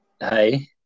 hey